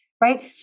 Right